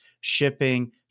shipping